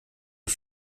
ihr